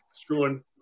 Screwing